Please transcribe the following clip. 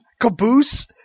Caboose